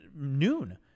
noon